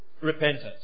repentance